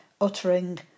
uttering